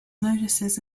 notices